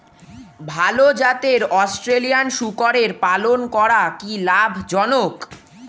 ভাল জাতের অস্ট্রেলিয়ান শূকরের পালন করা কী লাভ জনক?